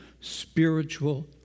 spiritual